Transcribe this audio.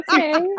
Okay